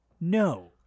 No